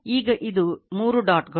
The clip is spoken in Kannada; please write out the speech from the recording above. ಈಗ ಇದು 3 ಡಾಟ್ ಗಳು